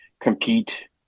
compete